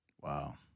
Wow